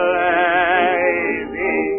lazy